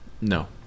No